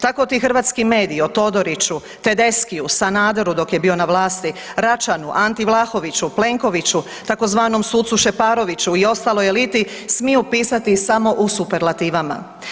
Tako ti hrvatski mediji o Todoriću, TEdeschiu, Sanaderu dok je bio na vlasti, Račanu, Anti Vlahoviću, Plenkoviću tzv. sucu Šeparoviću i ostaloj eliti smiju pisati samo u superlativima.